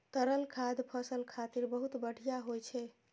तरल खाद फसल खातिर बहुत बढ़िया होइ छै